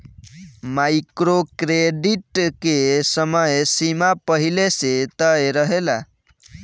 micro credit के समय सीमा पहिले से तय रहेला